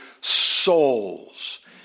souls